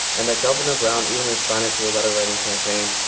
and that governor brown even responded to her letter-writing campaign,